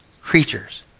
Creatures